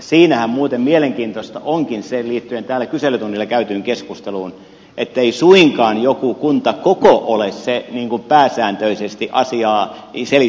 siinähän muuten mielenkiintoista onkin se liittyen täällä kyselytunnilla käytyyn keskusteluun ettei suinkaan joku kuntakoko ole se pääsääntöisesti asiaa selittävä tekijä